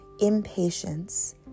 impatience